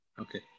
Okay